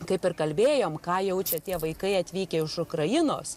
kaip ir kalbėjom ką jaučia tie vaikai atvykę iš ukrainos